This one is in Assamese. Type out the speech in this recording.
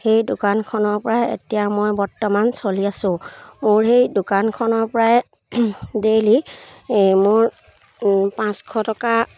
সেই দোকানখনৰ পৰা এতিয়া মই বৰ্তমান চলি আছোঁ মোৰ সেই দোকানখনৰ পৰাই ডেইলি মোৰ পাঁচশ টকা